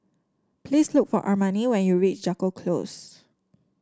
please look for Armani when you reach Jago Close